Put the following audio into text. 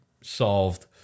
solved